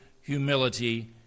humility